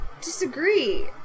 Disagree